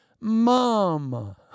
mom